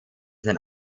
sein